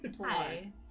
Hi